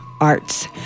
Arts